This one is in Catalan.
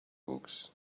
cucs